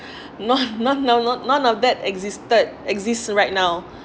not not not none of that existed exist right now